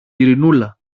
ειρηνούλα